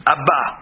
Abba